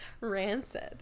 rancid